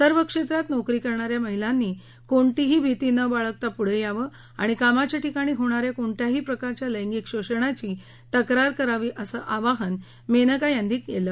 सर्व क्षेत्रात नोकरी करणा या महिलांनी कोणतीही भीती न बाळगता पुढे यावं आणि कामाच्या ठिकाणी होणा या कोणत्याही प्रकारच्या लैंगिक शोषणाची तक्रार करावी असं आवाहन मेनका गांधी यांनी केलं